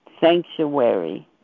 sanctuary